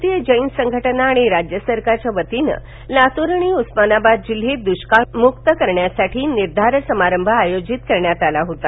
भारतीय जैन संघटना आणि राज्य सरकारच्या वतीनं लातूर आणि उस्मानाबाद जिल्हे दृष्काळमुक्त करण्यासाठी निर्धार समारंभ आयोजित करण्यात आला होता